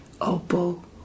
Opal